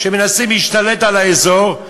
שמנסים להשתלט על האזור,